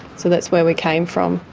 so that's where we came from.